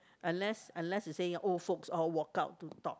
unless unless you say old folks all walk out to talk